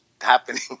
happening